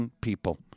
people